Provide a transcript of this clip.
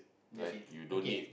that's it okay